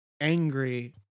angry